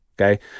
Okay